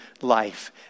life